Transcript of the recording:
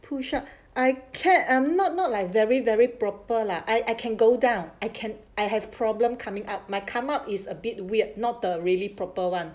push up I can't I'm not not like very very proper lah I I can go down I can I have problem coming up my come up is a bit weird not a really proper one